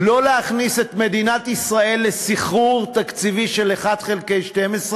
לא להכניס את מדינת ישראל לסחרור תקציבי של 1 חלקי 12,